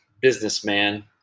businessman